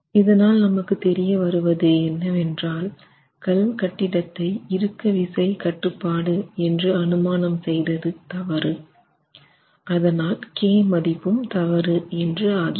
இதனால் நமக்கு தெரிய வருவது என்னவென்றால் கல் கட்டிடத்தை இறுக்க விசை கட்டுப்பாடு என்று அனுமானம் செய்தது தவறு அதனால் k மதிப்பும் தவறு என்று ஆகிறது